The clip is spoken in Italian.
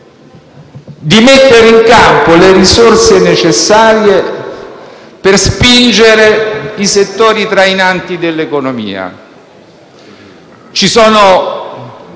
di mettere in campo le risorse necessarie per spingere i settori trainanti dell'economia. Ci sono